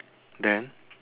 then